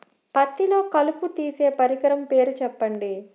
పత్తిలో కలుపు తీసే పరికరము పేరు చెప్పండి